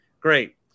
Great